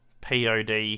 POD